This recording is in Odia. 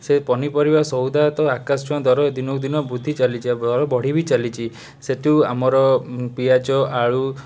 ସେ ପନିପରିବା ସଉଦା ତ ଆକାଶଛୁଆଁ ଦର ଦିନକୁ ଦିନ ବୃଦ୍ଧି ଚାଲିଛି ଆଉ ବଢ଼ି ବି ଚାଲିଛି ସେଟୁ ଆମର ଉଁ ପିଆଜ ଆଳୁ